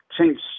change